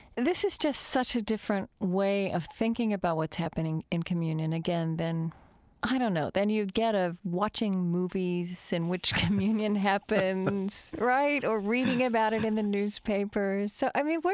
this is just such a different way of thinking about what's happening in communion, again, than i don't know than you get of watching movies in which communion happens, right? or reading about it in the newspaper. so, i mean,